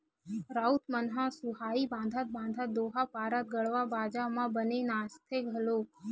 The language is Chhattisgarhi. राउत मन ह सुहाई बंधात बंधात दोहा पारत गड़वा बाजा म बने नाचथे घलोक